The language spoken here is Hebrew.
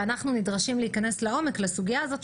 אנחנו נדרשים להיכנס לעומק לסוגיה הזאת,